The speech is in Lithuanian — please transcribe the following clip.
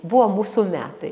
buvo mūsų metai